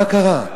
מה קרה?